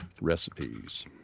recipes